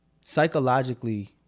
psychologically